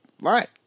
Right